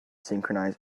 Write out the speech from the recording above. synchronize